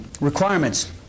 Requirements